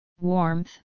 warmth